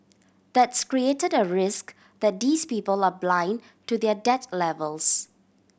that's created a risk that these people are blind to their debt levels